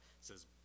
says